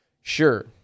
Sure